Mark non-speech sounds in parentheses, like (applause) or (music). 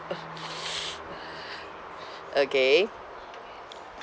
(noise) okay